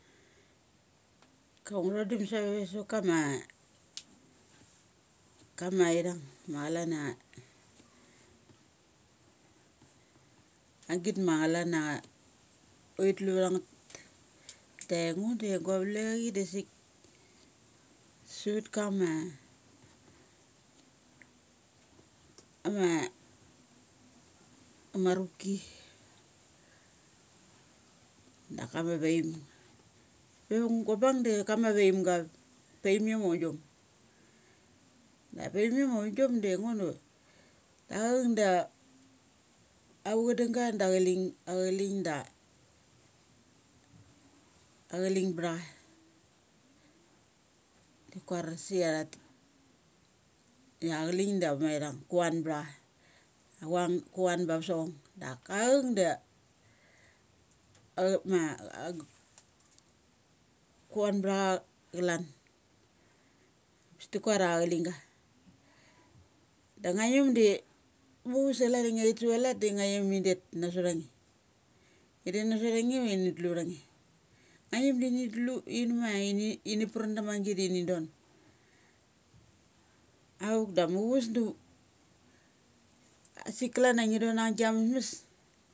Kama ngu thodum save save sa va kama kama ithang ma chalania agit ma chalana uthi thi utha ngeth. De ngo de go gou valeachi dasik savat kama ama marupki daka ma varm. Pe va gua bung de chama vaimga, paimiom maungiom. De paim iom ma aumgi om da ngo da aukda ava chadung ga da achling, a chaling da achaling bthacha. Ti kua rasia thut ia chaling dama ithing kuan btha cha. Kuan, kuan ba va sochong daka auk ma kuan btha cha chalan. Sta kuaria chaling ga. Da ngiom de muchus da chalan ia ngia theth sa va lat da ngaiom indet na sot ange. In det na sot angne va ini hu utha nge. Ngaiom di ini hu in ma ini, pran dama git da ini don. Auk da mu chuves do a, asik klana ngi thon agia mesmes.